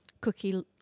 Cookie